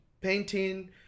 painting